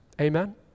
Amen